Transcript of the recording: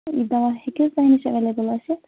یہِ دَوا ہیٚکہِ حظ تۅہہِ نِش ایٚویلیبٕل ٲسِتھ